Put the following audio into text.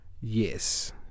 Yes